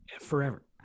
forever